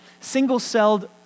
Single-celled